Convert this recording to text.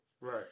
right